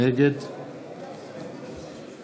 נגד